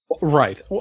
Right